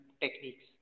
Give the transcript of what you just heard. techniques